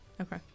Okay